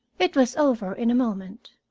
it was over in a moment.